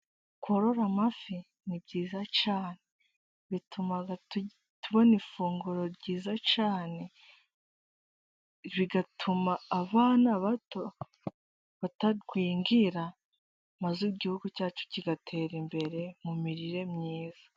Korora amafi ni byiza cyane bituma tubona ifunguro ryiza cyane bigatuma abana bato batagwingira, maze igihugu cyacu kigatera imbere mu mirire myiza.